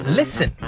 listen